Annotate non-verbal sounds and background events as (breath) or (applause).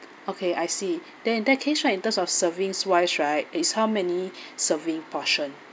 okay I see then in that case right in terms of servings wise right is how many (breath) serving portion